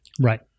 Right